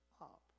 up